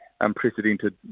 unprecedented